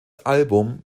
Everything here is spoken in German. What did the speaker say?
album